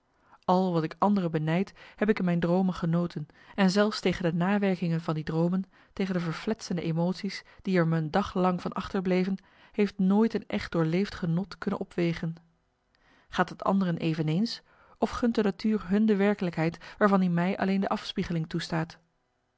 al wat ik anderen benijd heb ik in mijn droomen marcellus emants een nagelaten bekentenis genoten en zelfs tegen de nawerkingen van die droomen tegen de verfletsende emotie's die er me een dag lang van achter bleven heeft nooit een echt doorleefd genot kunnen opwegen gaat het anderen eveneens of gunt de natuur hun de werkelijkheid waarvan i mij alleen de afspiegeling toestaat